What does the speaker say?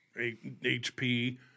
HP